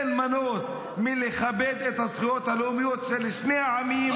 אין מנוס מלכבד את הזכויות הלאומיות של שני העמים